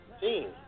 team